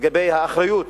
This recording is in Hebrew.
לגבי האחריות